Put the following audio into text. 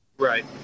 Right